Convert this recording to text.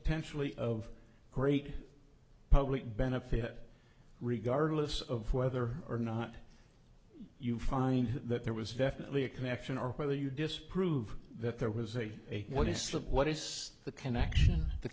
potentially of great public benefit regardless of whether or not you find that there was definitely a connection or whether you disprove that there was a slip what is the connection the